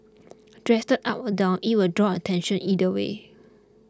dressed up or down it will draw attention either way